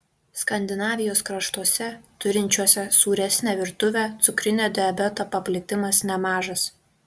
skandinavijos kraštuose turinčiuose sūresnę virtuvę cukrinio diabeto paplitimas nemažas